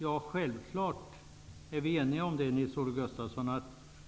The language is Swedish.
Vi är självfallet eniga om att